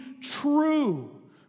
true